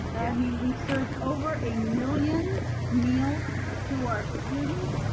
i mean we've served over a million meals to our students.